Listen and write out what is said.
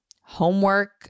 homework